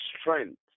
strength